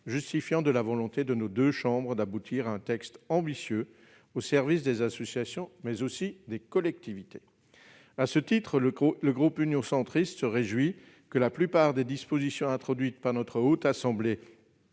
démontrant la volonté de nos deux chambres d'aboutir à un texte ambitieux, au service des associations mais également des collectivités. À ce titre, le groupe Union Centriste se réjouit que la plupart des dispositions introduites par la Haute Assemblée